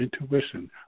intuition